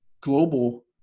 global